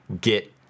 get